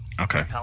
Okay